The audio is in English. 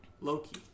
Loki